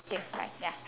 K bye ya